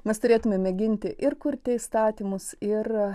mes turėtumėm mėginti ir kurti įstatymus ir